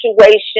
situation